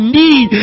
need